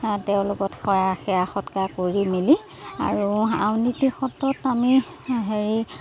তেওঁৰ লগত সেয়া সেৱা সৎকাৰ কৰি মেলি আৰু আউনীতি সত্ৰত আমি হেৰি